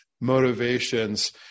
motivations